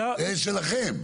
שלכם.